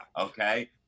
Okay